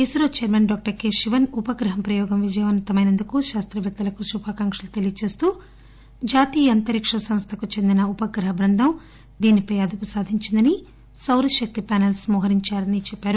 ఇన్రో chairman doctor K Sivan ఉపగ్రహం ప్రయోగం విజయవంతమైనందుకు శాస్త్రపేత్తలకు శుభాకాంకలు తెలియచేస్తూ జాతీయ అంతరిక్ష సంస్థకు చెందిన ఉపగ్రహ బృందం దీనిపై అదుపు సాధించిందని సౌరశక్తి ప్యానెల్స్ను మోహరించారని చెప్పారు